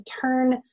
turn